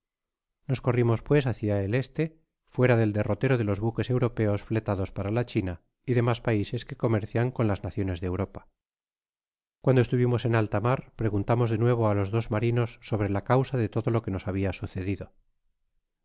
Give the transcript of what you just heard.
nos corrimos pues hacia el bí fuera del derrotero de los buques europeos fletados para la china y demás paises que comercian con las naciones de europa cuando estuvimos en alta mar preguntamos de nuevo á los dos marinos sobre la causa de todo lo que nos habia sucedido